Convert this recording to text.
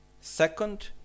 Second